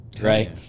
Right